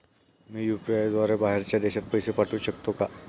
मी UPI द्वारे बाहेरच्या देशात पैसे पाठवू शकतो का?